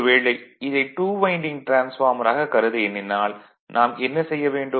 ஒருவேளை இதை 2 winding transformer ஆக கருத எண்ணிணால் நாம் என்ன செய்ய வேண்டும்